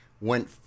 Went